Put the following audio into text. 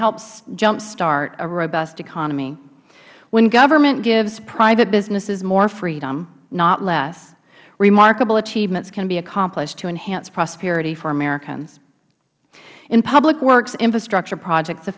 help jump start a robust economy when government gives private businesses more freedom not less remarkable achievements can be accomplished to enhance prosperity for americans in public works infrastructure projects the